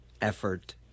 effort